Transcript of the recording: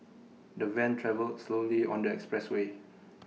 the van travelled slowly on the expressway